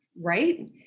right